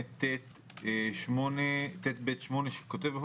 78ט(ב)(8) לחוק,